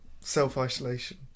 Self-isolation